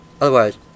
Otherwise